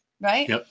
Right